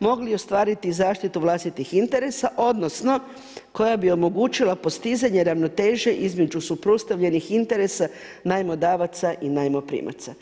mogli ostvariti zaštitu vlastitih interesa odnosno koja bi omogućila postizanje ravnoteže između suprotstavljenih interesa najmodavaca i najmoprimaca.